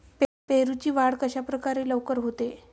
पेरूची वाढ कशाप्रकारे लवकर होते?